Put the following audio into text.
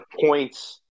points